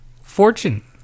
Fortune